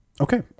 okay